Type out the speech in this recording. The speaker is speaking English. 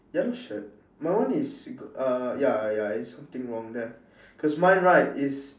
yellow shirt my one is uh ya ya it's something wrong there cause mine right is